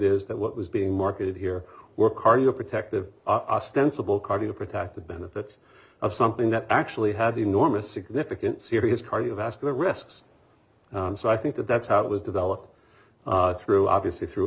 is that what was being marketed here were cardio protective ostensible carty to protect the benefits of something that actually had enormous significant serious cardiovascular risks and so i think that that's how it was developed through obviously through